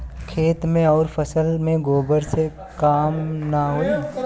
खेत मे अउर फसल मे गोबर से कम ना होई?